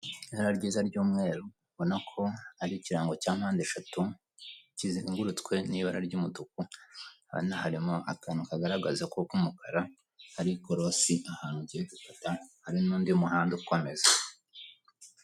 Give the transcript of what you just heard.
Ibara ryiza ry'umweru, ubona ko ari ikirango cya mpande eshatu, kizengurutswe n'ibara ry'umutuku. Harimo akantu k'umukara kagaragaza ko ari ikorosi, ahantu ugiye gukata hari n'undi muhanda ukomeza.